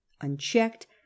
Unchecked